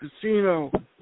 casino